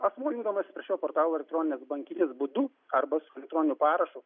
asmuo jungdamasis šio portalo elektroninės bankininkystės būdu arba su elektroniniu parašu